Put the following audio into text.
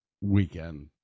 weekend